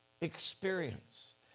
experience